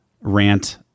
rant